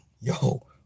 yo